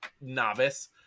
novice